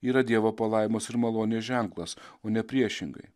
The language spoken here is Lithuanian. yra dievo palaimos ir malonės ženklas o ne priešingai